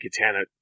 Katana